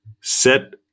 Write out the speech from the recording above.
set